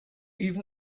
even